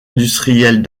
industriels